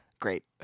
Great